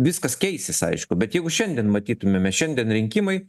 viskas keisis aišku bet jeigu šiandien matytumėme šiandien rinkimai